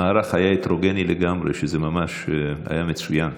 המערך היה הטרוגני לגמרי, וזה ממש היה מצוין.